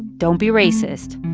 don't be racist.